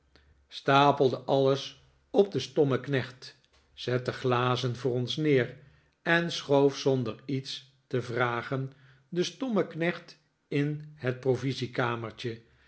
stapelde alles op den stommeknecht zette glazen voor ons neer en schoof zonder iets te vragen den stommeknecht in het